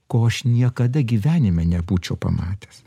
ko aš niekada gyvenime nebūčiau pamatęs